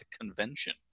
convention